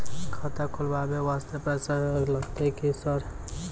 खाता खोलबाय वास्ते पैसो लगते की सर?